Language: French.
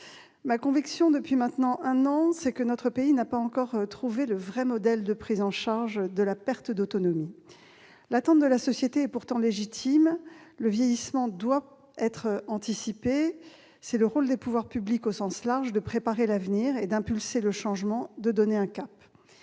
Ma conviction, depuis maintenant un an, est que notre pays n'a pas encore su trouver un véritable modèle de prise en charge de la perte d'autonomie. L'attente de la société est pourtant légitime. Le vieillissement doit être anticipé et c'est le rôle des pouvoirs publics, au sens large, de préparer l'avenir, d'impulser le changement, de donner un cap.